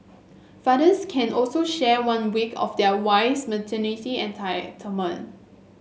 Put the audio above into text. fathers can also share one week of their wife's maternity entire